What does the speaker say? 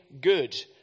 good